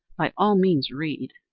by all means read.